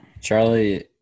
Charlie